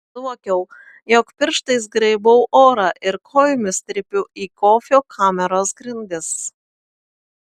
suvokiau jog pirštais graibau orą ir kojomis trypiu į kofio kameros grindis